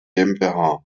gmbh